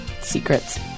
Secrets